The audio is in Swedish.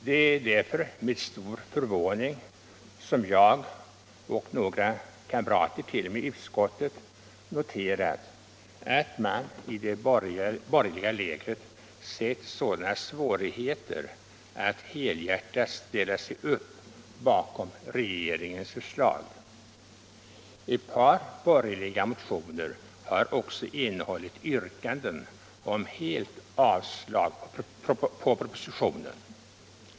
Det är därför med stor förvåning som jag och några kamrater i utskottet noterat, att man i det borgerliga lägret sett sådana svårigheter att helhjärtat ställa sig bakom regeringens förslag. Ett par borgerliga motioner har också innehållit yrkanden om helt avslag på propositionen.